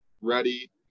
ready